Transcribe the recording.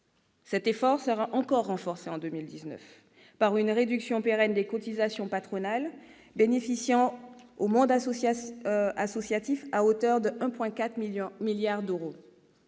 Cet effort sera encore renforcé en 2019 par une réduction pérenne des cotisations patronales bénéficiant au monde associatif à hauteur de 1,4 milliard d'euros.